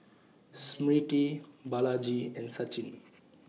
Smriti Balaji and Sachin